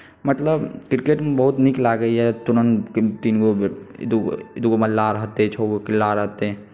मतलब क्रिकेटमे बहुत नीक लागैए तुरन्त तीनगो दूगो मल्ला रहतै छओगो किल्ला रहतै